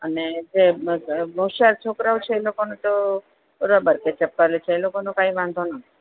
અને જે હોશિયાર છોકરાઓ છે એ લોકોને તો બરાબર છે ચપાલે એ લોકોનો કાઇ વાંધો નઈ